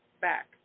back